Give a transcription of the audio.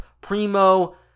Primo